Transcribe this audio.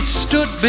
stood